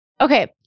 Okay